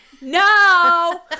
no